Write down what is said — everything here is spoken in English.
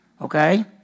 okay